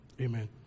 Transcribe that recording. Amen